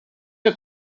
que